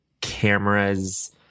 cameras